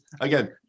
again